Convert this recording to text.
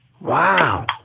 Wow